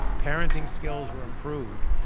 parenting skills were improved.